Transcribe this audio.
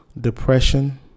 depression